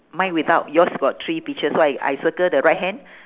mine without yours got three peaches so I I circle the right hand